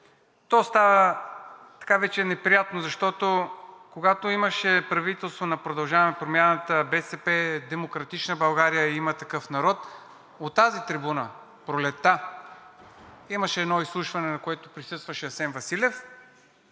То стана така вече неприятно, защото, когато имаше правителство на „Продължаваме Промяната“, БСП, „Демократична България“ и „Има такъв народ“, от тази трибуна пролетта имаше едно изслушване, на което присъстваше Асен Василев,